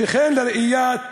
ולראיה,